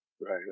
right